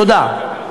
תודה.